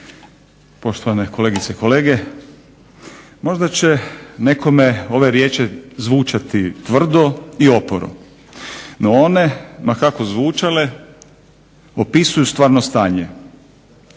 poštovane kolegice i kolege. Možda će nekome ove riječi zvučati tvrdo i oporo, no one ma kako zvučale opisuju stvarno stanje.